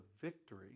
victory